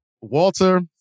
Walter